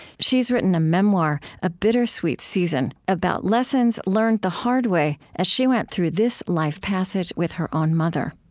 she's written a memoir, a bittersweet season, about lessons learned the hard way as she went through this life passage with her own mother